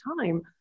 time